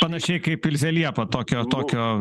panašiai kaip ilzė liepa tokio tokio